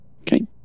Okay